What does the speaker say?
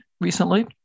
recently